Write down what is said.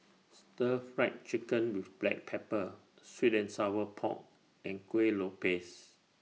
Stir Fry Chicken with Black Pepper Sweet and Sour Pork and Kuih Lopes